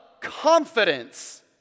confidence